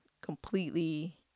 completely